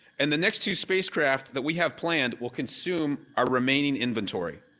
and the next two spacecraft that we have planned will consume our remaining inventory.